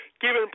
given